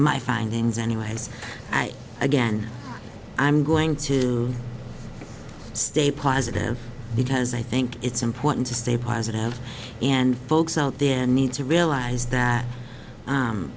my findings anyway as i again i'm going to stay positive because i think it's important to stay positive and folks out there need to realize that